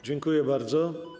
Dziękuję bardzo.